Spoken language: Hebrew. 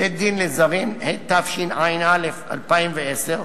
(בית-דין לזרים), התשע"א 2010,